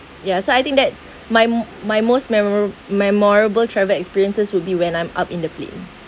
ya so I think that my my most memora~ memorable travel experiences would be when I'm up in the plane